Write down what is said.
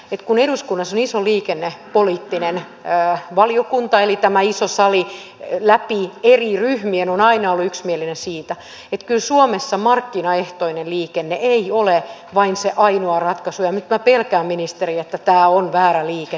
eduskunnassa on iso liikennepoliittinen valiokunta eli tämä iso sali läpi eri ryhmien aina ollut yksimielinen siitä että kyllä suomessa markkinaehtoinen liikenne ei ole vain se ainoa ratkaisu ja nyt minä pelkään ministeri että tämä on väärä liike teiltä